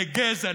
לגזע,